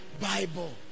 Bible